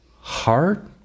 heart